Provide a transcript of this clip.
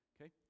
Okay